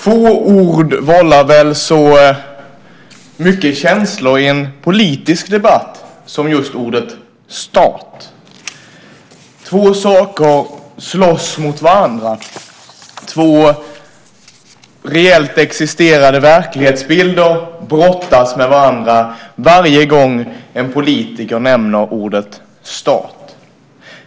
Få ord vållar väl så mycket känslor i en politisk debatt som ordet stat. Två saker slåss mot varandra. Två reellt existerande verklighetsbilder brottas med varandra varje gång en politiker nämner ordet stat.